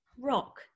rock